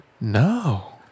No